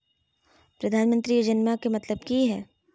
प्रधानमंत्री योजनामा के मतलब कि हय?